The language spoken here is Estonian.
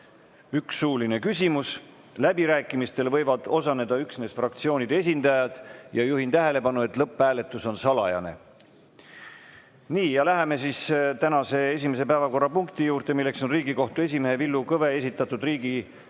üks suuline küsimus. Läbirääkimistel võivad osaleda üksnes fraktsioonide esindajad. Ja juhin tähelepanu, et lõpphääletus on salajane. Läheme tänase esimese päevakorrapunkti juurde, milleks on Riigikohtu esimehe Villu Kõve esitatud Riigikogu